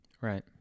Right